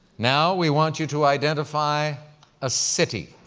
now, we want you to identify a city,